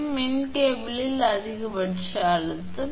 மற்றும் மின் கேபிளில் அதிகபட்ச அழுத்தம்